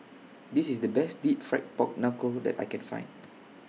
This IS The Best Deep Fried Pork Knuckle that I Can Find